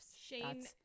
Shane